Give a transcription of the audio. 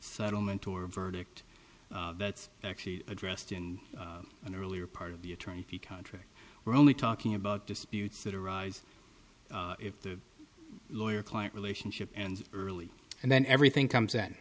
settlement or verdict that's actually addressed in an earlier part of the attorney contract we're only talking about disputes that arise if the lawyer client relationship and early and then everything comes